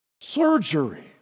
surgery